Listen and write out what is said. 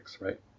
right